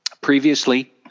Previously